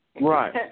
Right